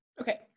Okay